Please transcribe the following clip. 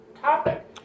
topic